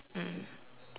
mm